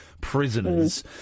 prisoners